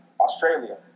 Australia